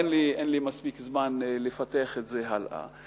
אין לי מספיק זמן לפתח את זה הלאה,